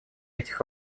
этих